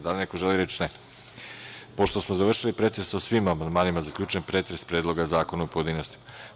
Da li neko želi reč? (Ne.) Pošto smo završili pretres o svim amandmanima, zaključujem pretres Predloga zakona u pojedinostima.